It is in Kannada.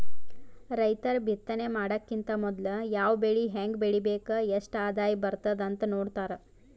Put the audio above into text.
ರೈತರ್ ಬಿತ್ತನೆ ಮಾಡಕ್ಕಿಂತ್ ಮೊದ್ಲ ಯಾವ್ ಬೆಳಿ ಹೆಂಗ್ ಬೆಳಿಬೇಕ್ ಎಷ್ಟ್ ಆದಾಯ್ ಬರ್ತದ್ ಅಂತ್ ನೋಡ್ತಾರ್